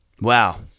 Wow